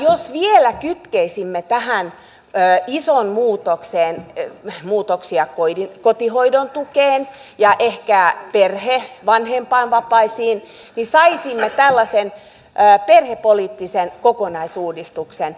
jos vielä kytkisimme tähän isoon muutokseen muutoksia kotihoidon tukeen ja ehkä perhe vanhempainvapaisiin niin saisimme tällaisen perhepoliittisen kokonaisuudistuksen